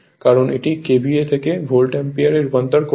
কারণ এটি KVA থেকে ভোল্ট অ্যাম্পিয়ার এ রূপান্তর করছে